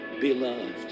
beloved